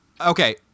Okay